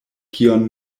kion